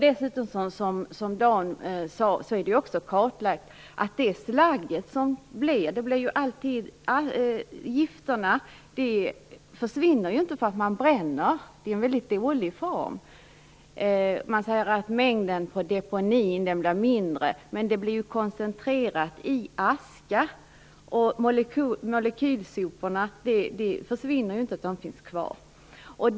Dessutom är det kartlagt, som Dan Ericsson sade, att det blir slagg, och gifterna försvinner inte för att man förbränner. Det är en väldigt dålig form. Man säger att mängden för deponin blir mindre. Men det blir koncentrerat i aska. Molekylsoporna försvinner inte, utan de finns kvar.